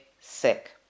sick